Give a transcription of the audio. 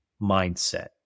mindset